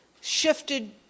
shifted